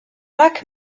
mac